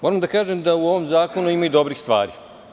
Moram da kažem da u ovom zakonu ima i dobrih stvari.